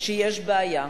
שיש בעיה,